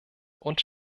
und